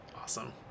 Awesome